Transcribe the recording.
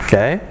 Okay